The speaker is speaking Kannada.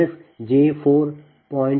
u